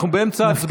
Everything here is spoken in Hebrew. אנחנו באמצע הצבעה.